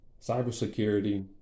Cybersecurity